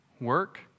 work